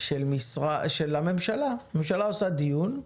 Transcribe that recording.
של הממשלה, הממשלה עושה דיון,